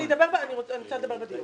אני רוצה לדבר בדיון.